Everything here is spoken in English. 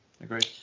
Agreed